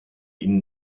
ihnen